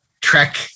Trek